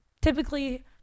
typically